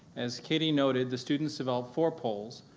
as katie noted, the students of ah four polls,